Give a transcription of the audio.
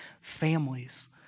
families